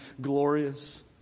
glorious